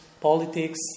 politics